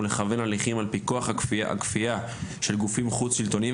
ולכוון הליכים על פי כוח הכפייה של גופים חוץ שלטוניים